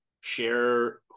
share